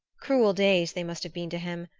cruel days they must have been to him,